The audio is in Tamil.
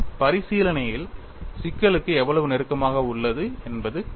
பரிசீலனையில் சிக்கலுக்கு எவ்வளவு நெருக்கமாக உள்ளது என்பது கேள்வி